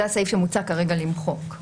זה הסעיף שמוצא כרגע למחוק.